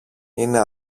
είναι